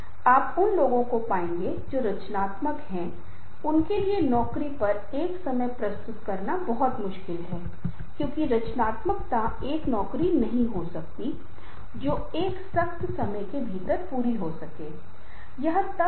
इसलिए आप चर्चा मंच पर जाते हैं जैसा कि हम पहले ही हफ्तों में कर चुके हैं और आप उन चीजों को आजमाते हैं और हम देखेंगे कि हम कैसे प्रतिक्रिया देते हैं और हम एक समझौते पर आने की कोशिश करेंगे कि यह कैसे काम कर रहा है